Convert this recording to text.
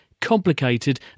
complicated